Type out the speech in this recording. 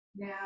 Now